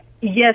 Yes